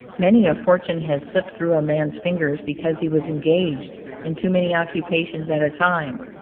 many a fortune has slipped through a man's fingers because he was engaged in too many occupations at a time.